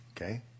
Okay